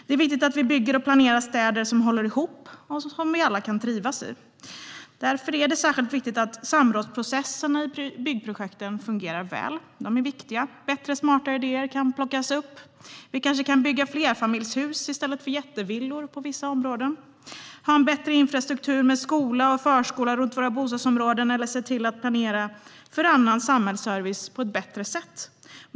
Det är viktigt att vi bygger och planerar städer som håller ihop och som vi alla kan trivas i. Därför är det särskilt viktigt att samrådsprocesserna i byggprojekten fungerar väl. De är viktiga. Bättre och smartare idéer kan plockas upp. Vi kanske kan bygga flerfamiljshus i stället för jättevillor på vissa platser. Vi kan ha en bättre infrastruktur med skola och förskola runt våra bostadsområden eller se till att planera för annan samhällsservice på ett bättre sätt.